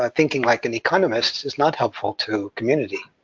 ah thinking like an economist is not helpful to community.